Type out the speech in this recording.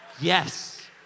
Yes